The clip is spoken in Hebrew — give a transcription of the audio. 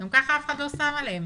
גם כך אף אחד לא שם עליהם,